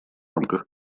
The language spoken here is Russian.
рамках